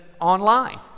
online